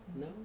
no